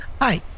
Hi